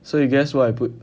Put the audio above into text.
so you guess what I put